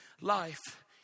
life